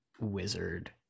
wizard